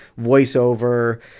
voiceover